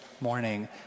morning